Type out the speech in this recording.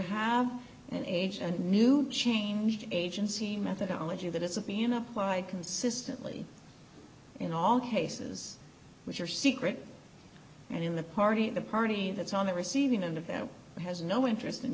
have an age and a new change agency methodology that isn't being up by consistently in all cases which are secret and in the party the party that's on the receiving end of that has no interest in